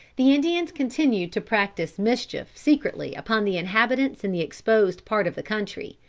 the indians continued to practice mischief secretly upon the inhabitants in the exposed part of the country.